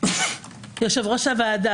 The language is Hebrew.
יושב-ראש הוועדה,